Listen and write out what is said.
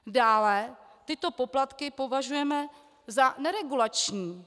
Dále tyto poplatky považujeme za neregulační.